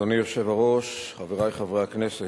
אדוני היושב-ראש, חברי חברי הכנסת,